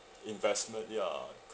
investment ya